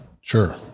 Sure